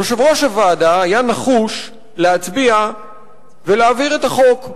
יושב-ראש הוועדה היה נחוש להצביע ולהעביר את החוק,